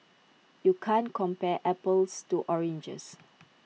you can't compare apples to oranges